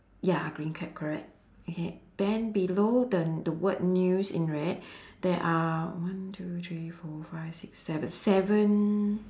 ya green cap correct okay then below the the word news in red there are one two three four five six seven seven